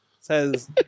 says